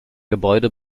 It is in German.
gebäude